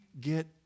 get